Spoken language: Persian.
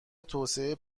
توسعه